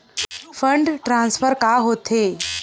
Fund transfer का होथे?